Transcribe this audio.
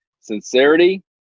Sincerity